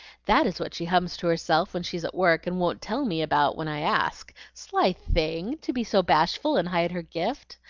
that is what she hums to herself when she's at work, and won't tell me about when i ask. sly thing! to be so bashful and hide her gift.